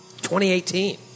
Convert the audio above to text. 2018